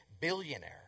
billionaire